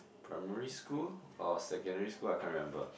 primary school or secondary school I can't remember